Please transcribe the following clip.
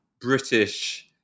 British